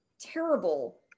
terrible